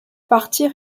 partir